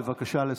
בבקשה לסכם.